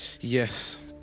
Yes